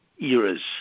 eras